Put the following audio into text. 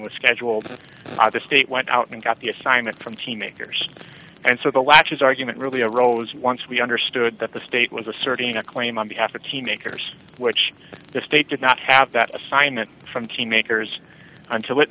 was scheduled the state went out and got the assignment from kingmakers and so the latches argument really a rose once we understood that the state was asserting a claim on behalf of teenagers which the state did not have that assignment from kingmakers until it